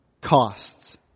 costs